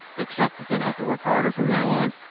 except that they'd have to work harder from now on,